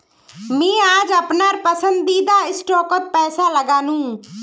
मी आज अपनार पसंदीदा स्टॉकत पैसा लगानु